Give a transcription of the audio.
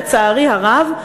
לצערי הרב,